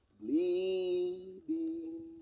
bleeding